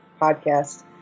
podcast